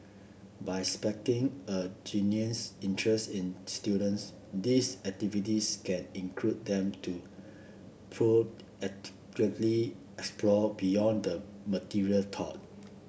by sparking a genuine interest in students these activities can induce them to proactively explore beyond the material taught